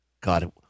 God